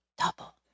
Double